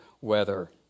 weather